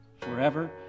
forever